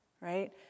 right